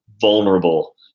vulnerable